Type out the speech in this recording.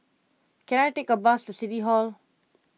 can I take a bus to City Hall